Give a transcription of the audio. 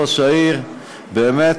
הרווחה והבריאות.